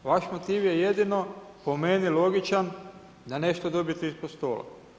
Vaš motiv je jedino po meni logičan da nešto dobijete ispod stola.